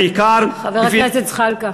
חבר הכנסת זחאלקה.